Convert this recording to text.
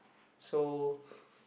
so